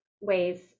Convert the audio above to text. ways